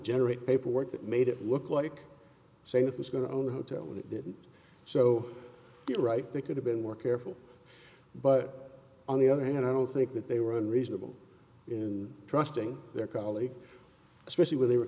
generate paperwork that made it look like saying it was going to own the hotel and it didn't so you're right they could have been more careful but on the other hand i don't think that they were unreasonable in trusting their colleagues especially when they were